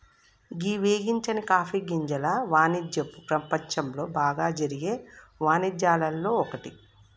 గీ వేగించని కాఫీ గింజల వానిజ్యపు ప్రపంచంలో బాగా జరిగే వానిజ్యాల్లో ఒక్కటి